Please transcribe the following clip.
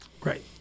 Right